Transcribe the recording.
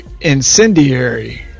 incendiary